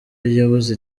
yabuze